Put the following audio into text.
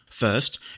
First